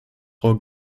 frau